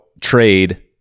trade